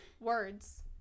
words